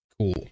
Cool